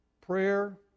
prayer